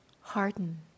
harden